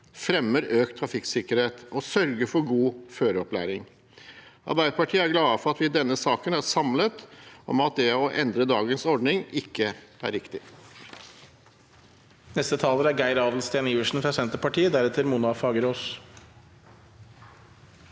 fremmer økt trafikksikkerhet og sørger for god føreropplæring. Arbeiderpartiet er glad for at vi i denne saken er samlet om at det å endre dagens ordning ikke er riktig.